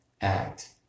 act